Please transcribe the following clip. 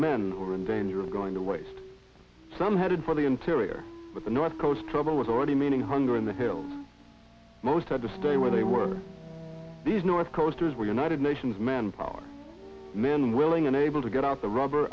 were in danger of going to waste some headed for the interior but the north coast trouble was already meeting hunger in the hills most had to stay where they were these north coasters were united nations manpower men willing and able to get out the rubber